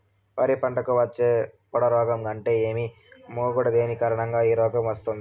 వరి పంటకు వచ్చే పొడ రోగం అంటే ఏమి? మాగుడు దేని కారణంగా ఈ రోగం వస్తుంది?